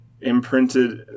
imprinted